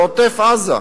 בעוטף-עזה,